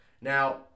Now